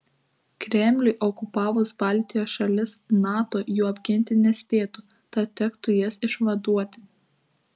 kremliui okupavus baltijos šalis nato jų apginti nespėtų tad tektų jas išvaduoti